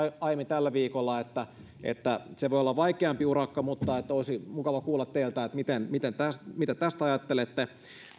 aiemmin tällä viikolla se voi olla vaikeampi urakka mutta olisi mukava kuulla teiltä mitä tästä ajattelette